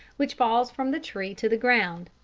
which falls from the tree to the ground.